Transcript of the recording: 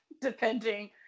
depending